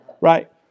Right